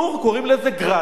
קוראים לזה "גראד".